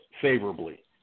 favorably